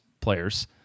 players